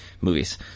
movies